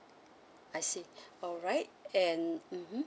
I see alright and mmhmm